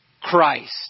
Christ